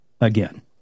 again